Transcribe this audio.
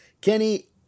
Kenny